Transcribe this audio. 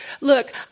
look